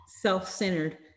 self-centered